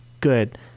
good